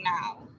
now